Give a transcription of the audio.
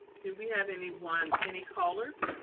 do we have anyone? any callers?